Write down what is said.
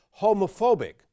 homophobic